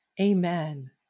Amen